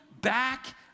back